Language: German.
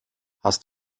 hast